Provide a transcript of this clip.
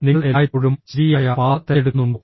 നിങ്ങൾ എല്ലായ്പ്പോഴും ശരിയായ പാത തിരഞ്ഞെടുക്കുന്നുണ്ടോ